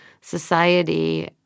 society